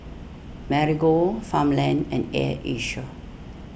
Marigold Farmland and Air Asia